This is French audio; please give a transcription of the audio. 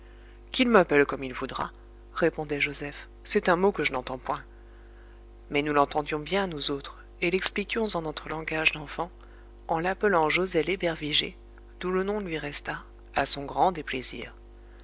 qu'il m'appelle comme il voudra répondait joseph c'est un mot que je n'entends point mais nous l'entendions bien nous autres et l'expliquions en notre langage d'enfants en l'appelant joset l'ébervigé d'où le nom lui resta à son grand déplaisir